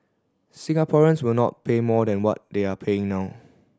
Singaporeans will not pay more than what they are paying now